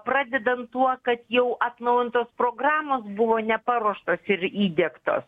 pradedant tuo kad jau atnaujintos programos buvo neparuoštos ir įdiegtos